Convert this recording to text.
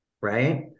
right